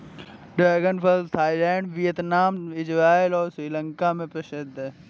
dragon फल Thailand, Vietnam, Israel और श्रीलंका में प्रसिद्ध है